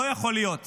לא יכול להיות